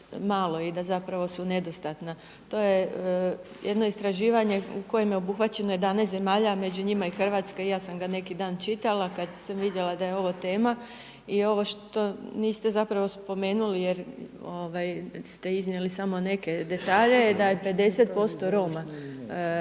i da zapravo su nedostatna. To je jedno istraživanje u kojem je obuhvaćeno 11 zemalja, a među njima i Hrvatska. I ja sam ga neki dan čitala kada sam vidjela da je ovo tema. I ovo što niste zapravo spomenuli jer ste iznijeli samo neke detalje, je da je samo 50% Roma